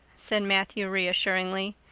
said matthew reassuringly.